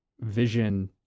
vision